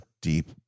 deep